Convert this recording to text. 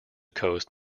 coast